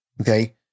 okay